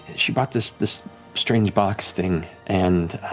she bought this this strange box thing and